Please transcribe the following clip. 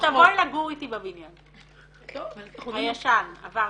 תבואי לגור איתי בבניין הישן, עברתי.